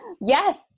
yes